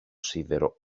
σίδερο